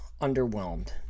underwhelmed